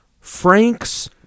Frank's